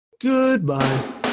Goodbye